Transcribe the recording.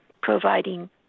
Providing